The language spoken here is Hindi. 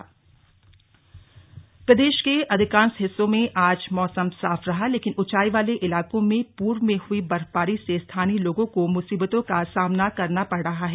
बर्फबारी परेशानी प्रदेश के अधिकांश हिस्सों में आज मौसम साफ रहा लेकिन उचाई वाले इलाको में पूर्व में हुयी वर्फबारी से स्थानीय लोगों को मुसीबतों का सामना करना पड़ रहा है